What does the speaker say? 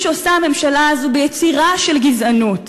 שעושה הממשלה הזו ביצירה של גזענות,